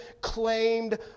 claimed